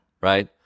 Right